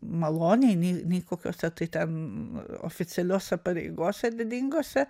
malonėj nei nei kokiuose tai ten oficialiose pareigose didingose